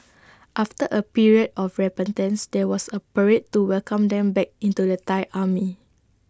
after A period of repentance there was A parade to welcome them back into the Thai army